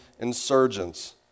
insurgents